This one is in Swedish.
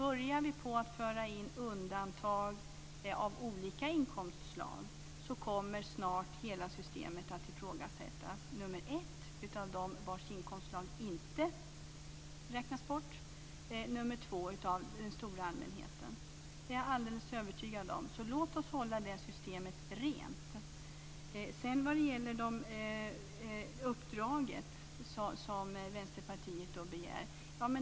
Om vi börjar föra in undantag av olika inkomstslag kommer snart hela systemet att ifrågasättas i första hand av dem vars inkomstslag inte räknas bort och i andra hand av den stora allmänheten. Det är jag alldeles övertygad om. Låt oss hålla systemet rent. Sedan gäller det uppdraget som Vänsterpartiet begär.